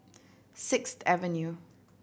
Sixth Avenue